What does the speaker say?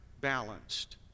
balanced